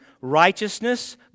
righteousness